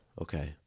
Okay